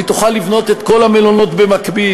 היא תוכל לבנות את כל המלונות במקביל,